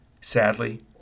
sadly